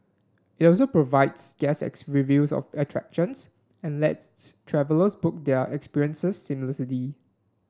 it also provides reviews of attractions and lets travellers book their experiences seamlessly